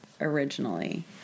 originally